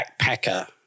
backpacker